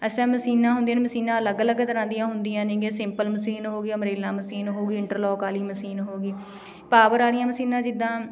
SM ਮਸ਼ੀਨਾਂ ਮਸ਼ੀਨਾਂ ਅਲੱਗ ਅਲੱਗ ਤਰ੍ਹਾਂ ਦੀਆਂ ਹੁੰਦੀਆਂ ਨੇਗੀਆਂ ਸਿੰਪਲ ਮਸ਼ੀਨ ਹੋ ਗਈ ਮਰੀਲਾ ਮਸ਼ੀਨ ਹੋ ਗਈ ਇੰਟਰਲੋਕ ਵਾਲੀ ਮਸ਼ੀਨ ਹੋ ਗਈ ਪਾਵਰ ਵਾਲੀਆਂ ਮਸ਼ੀਨਾਂ ਜਿੱਦਾਂ